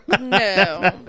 No